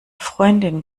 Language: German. freundin